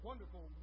Wonderful